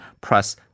press